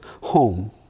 home